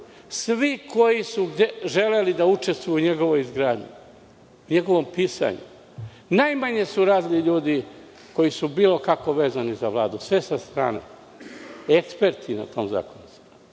svi koji su želeli da učestvuju u njegovoj izgradnji, u njegovom pisanju, najmanje su razni ljudi koji su bilo kako vezani za Vladu, sve su sa strane eksperti na tom zakonu. Meni